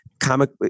comic